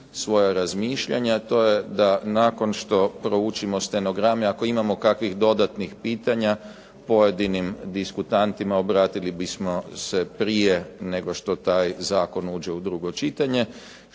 svoja razmišljanja, to je da nakon što proučimo stenograme, ako imamo kakvih dodatnih pitanja, pojedinim diskutantima obratili bismo se prije nego što taj zakon uđe u drugo čitanje.